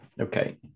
Okay